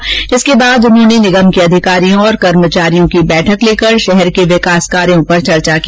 पदभार ग्रहण करने के बाद उन्होंने निगम के अधिकारियों और कर्मचारियों की बैठक लेकर शहर के विकास कार्यो पर चर्चा की